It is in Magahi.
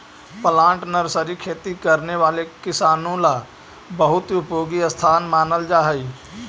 प्लांट नर्सरी खेती करने वाले किसानों ला बहुत उपयोगी स्थान मानल जा हई